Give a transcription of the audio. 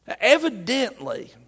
Evidently